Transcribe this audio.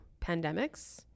pandemics